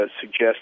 suggest